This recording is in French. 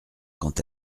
quand